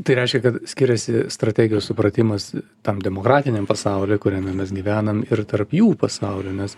tai reiškia kad skiriasi strategijos supratimas tam demokratiniam pasauliui kuriame mes gyvenam ir tarp jų pasaulio nes